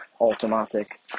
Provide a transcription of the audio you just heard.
automatic